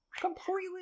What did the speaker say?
completely